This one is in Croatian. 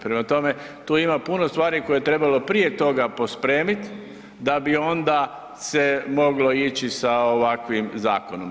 Prema tome, tu ima puno stvari koje je trebalo prije toga pospremit da bi onda se moglo ići sa ovakvim zakonom.